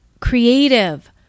creative